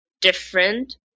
different